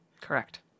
Correct